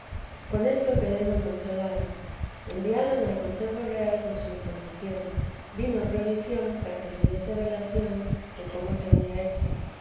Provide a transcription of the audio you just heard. con esto quedé muy consolada enviaron al consejo real con su información vino provisión para que se diese relación de cómo se había hecho